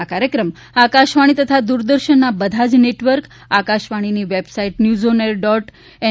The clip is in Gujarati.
આ કાર્યક્રમ આકાશવાણી તથા દૂરદર્શનના બધા જ નેટવર્ક આકાશવાણીની website news on air dot N